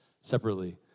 separately